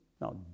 Now